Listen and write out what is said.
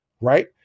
right